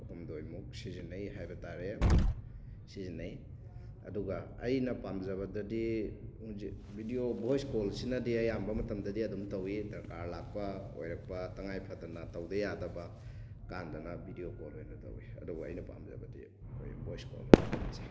ꯍꯨꯝꯗꯣꯏꯃꯨꯛ ꯁꯤꯖꯤꯟꯅꯩ ꯍꯥꯏꯕ ꯇꯥꯔꯦ ꯁꯤꯖꯤꯟꯅꯩ ꯑꯗꯨꯒ ꯑꯩꯅ ꯄꯥꯝꯖꯕꯗꯗꯤ ꯕꯤꯗꯤꯑꯣ ꯚꯣꯏꯁ ꯀꯣꯜꯁꯤꯅꯗꯤ ꯑꯌꯥꯝꯕ ꯃꯇꯝꯗꯗꯤ ꯑꯗꯨꯝ ꯇꯧꯋꯤ ꯗꯔꯀꯥꯔ ꯂꯥꯛꯄ ꯑꯣꯏꯔꯛꯄ ꯇꯉꯥꯏ ꯐꯗꯅ ꯇꯧꯗꯌꯥꯗꯕ ꯀꯥꯟꯗꯅ ꯕꯤꯗꯤꯑꯣ ꯀꯣꯜ ꯑꯣꯏꯅ ꯇꯧꯋꯤ ꯑꯗꯨꯒ ꯄꯩꯅ ꯄꯥꯝꯖꯕꯗꯤ ꯑꯩꯈꯣꯏ ꯚꯣꯏꯁ ꯀꯣꯜ ꯑꯣꯏꯅ ꯄꯥꯝꯖꯩ